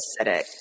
acidic